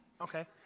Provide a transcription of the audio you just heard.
Okay